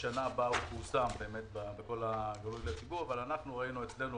בשנה הבאה ההוא יפורסם באמת לציבור אבל אנחנו ראינו אצלנו,